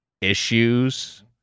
issues